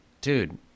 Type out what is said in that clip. dude